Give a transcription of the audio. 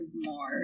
more